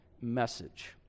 message